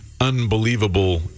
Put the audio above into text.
unbelievable